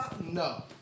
no